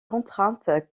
contrainte